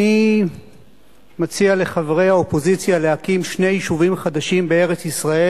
אני מציע לחברי האופוזיציה להקים שני יישובים חדשים בארץ-ישראל,